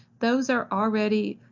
those are already.